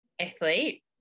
athlete